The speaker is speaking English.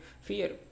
fear